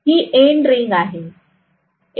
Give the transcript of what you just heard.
ही end ring आहे